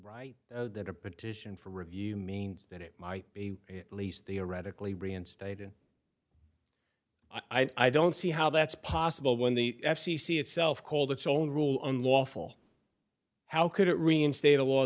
right that a petition for review means that it might be at least theoretically reinstated i don't see how that's possible when the f c c itself called its own rule unlawful how could it reinstate a law